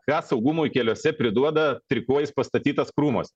ką saugumui keliuose priduoda trikojis pastatytas krūmuos